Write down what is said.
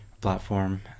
platform